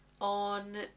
on